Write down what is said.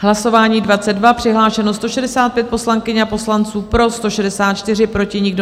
V hlasování číslo 22 přihlášeno 165 poslankyň a poslanců, pro 164, proti nikdo.